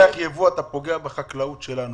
אבל כשאתה פותח ייבוא אתה פוגע בחקלאות שלנו.